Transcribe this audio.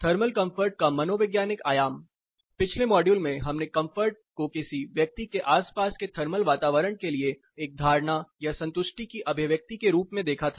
thermal comfort का मनोवैज्ञानिक आयाम पिछले मॉड्यूल में हमने कंफर्ट को किसी व्यक्ति के आसपास के थर्मल वातावरण के लिए एक धारणा या संतुष्टि की अभिव्यक्ति के रूप में देखा था